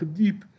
deep